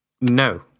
No